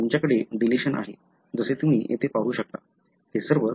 तुमच्याकडे डिलिशन आहेत जसे तुम्ही येथे पाहू शकता ते सर्व